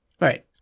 Right